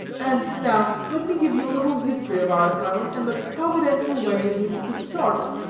and now let me give you a little history of our asylum, and the providential way in which it was started.